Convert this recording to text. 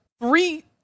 Three